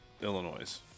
Illinois